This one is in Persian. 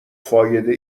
فایده